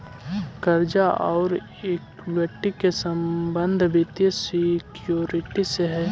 कर्जा औउर इक्विटी के संबंध वित्तीय सिक्योरिटी से हई